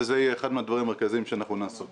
זה יהיה אחד הדברים המרכזיים שנעסוק בו.